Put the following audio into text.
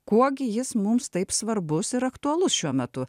kuo gi jis mums taip svarbus ir aktualus šiuo metu